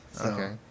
Okay